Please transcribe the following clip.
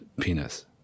penis